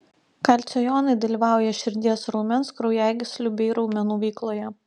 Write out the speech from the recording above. kalcio jonai dalyvauja širdies raumens kraujagyslių bei raumenų veikloje